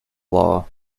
law